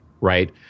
right